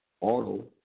auto